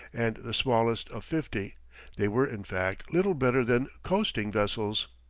and the smallest of fifty they were in fact, little better than coasting-vessels.